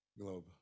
globe